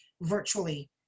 virtually